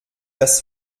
das